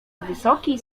wysoki